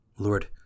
Lord